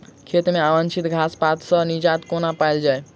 खेत मे अवांछित घास पात सऽ निजात कोना पाइल जाइ?